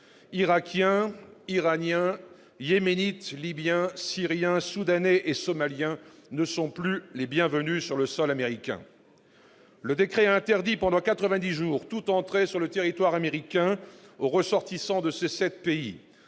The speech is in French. Irakiens, Iraniens, Yéménites, Libyens, Syriens, Soudanais et Somaliens ne sont plus les bienvenus sur le sol américain. Ce décret interdit pendant 90 jours toute entrée sur le territoire américain aux ressortissants de ces sept pays.